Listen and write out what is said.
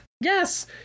yes